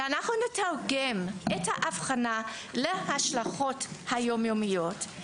ונתרגם את האבחנה להשלכות היום יומיות.